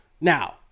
now